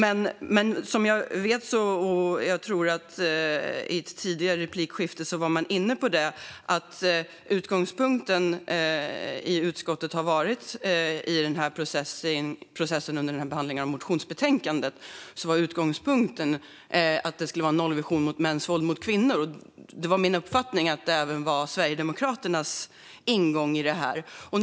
I ett tidigare replikskifte var man inne på att utgångspunkten i utskottet under behandlingen av motionsbetänkandet har varit att det ska vara nollvision när det gäller mäns våld mot kvinnor. Det var min uppfattning att det var även Sverigedemokraternas ingång i detta.